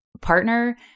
partner